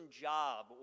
job